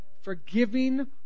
forgiving